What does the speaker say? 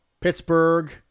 Pittsburgh